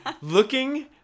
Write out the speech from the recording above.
looking